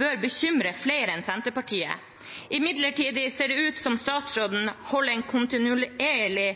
bør bekymre flere enn Senterpartiet. Imidlertid ser det ut som statsråden holder en kontinuerlig